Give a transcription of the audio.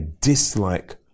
dislike